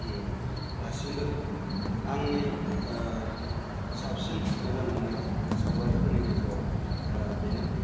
दासिमबो आंनि साबसिन मोजां मोन्नाय सावगारिफोरनि गेजेराव बेनो